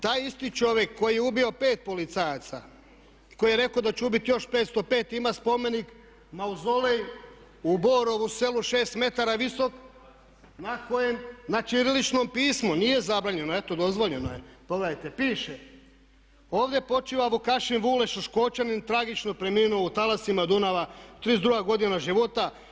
Taj isti čovjek koji je ubio 5 policajaca, koji je rekao da će ubiti još 505 ima spomenik mauzolej u Borovu Selu 6 metara je visok na kojem na ćiriličnom pismu, nije zabranjeno, eto dozvoljeno je piše "Ovdje počiva Vukašin Vuleša Šoškočanin tragično preminuo u talasima Dunama, 32 godina života.